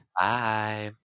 bye